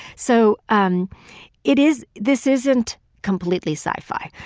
so um it is this isn't completely sci fi.